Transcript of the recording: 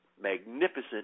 magnificent